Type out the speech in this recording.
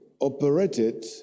operated